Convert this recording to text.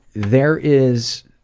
there is